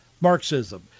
Marxism